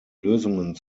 lösungen